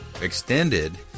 extended